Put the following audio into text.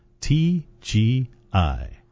TGI